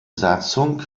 satzung